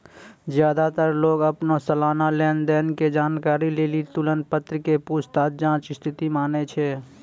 ज्यादातर लोग अपनो सलाना लेन देन के जानकारी लेली तुलन पत्र के पूछताछ जांच स्थिति मानै छै